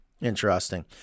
Interesting